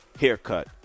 haircut